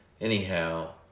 Anyhow